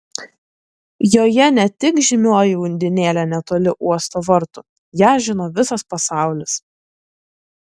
joje ne tik žymioji undinėlė netoli uosto vartų ją žino visas pasaulis